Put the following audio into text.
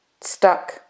stuck